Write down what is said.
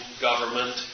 government